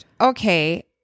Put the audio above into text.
Okay